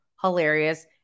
hilarious